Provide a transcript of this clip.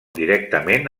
directament